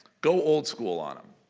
go old school on them.